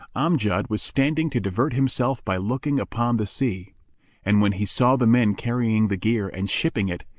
amjad was standing to divert himself by looking upon the sea and when he saw the men carrying the gear and shipping it,